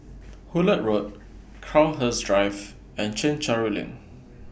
Hullet Road Crowhurst Drive and Chencharu LINK